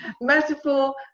metaphor